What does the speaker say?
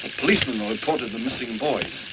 and policemen reported the missing boys.